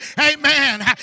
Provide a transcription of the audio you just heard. Amen